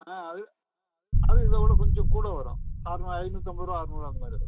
ஆ அது அது இதோடு கொஞ்சம் கூட வரும் அறநூறு ஐந்நூற்றம்பது ரூபாய் அறநூறுரூவா அந்த மாதிரி வரும்